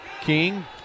King